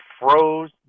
froze